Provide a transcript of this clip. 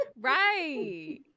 Right